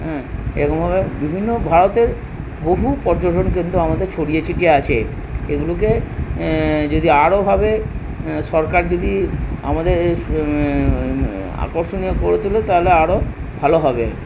এরকমভাবে বিভিন্ন ভারতের বহু পর্যটন কেন্দ্র আমাদের ছড়িয়ে ছিটিয়ে আছে এগুলোকে যদি আরোভাবে সরকার যদি আমাদের আকর্ষণীয় করে তোলে তাহলে আরো ভালো হবে